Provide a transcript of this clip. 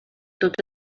tot